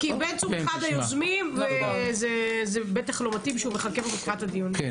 שהוא אחד מן היוזמים של הדיון, בבקשה.